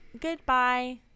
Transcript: goodbye